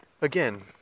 again